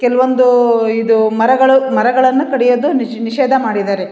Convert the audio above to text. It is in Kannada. ಕೆಲ್ವೊಂದು ಇದು ಮರಗಳು ಮರಗಳನ್ನು ಕಡಿಯೋದು ನಿಷ್ ನಿಷೇಧ ಮಾಡಿದ್ದಾರೆ